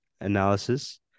analysis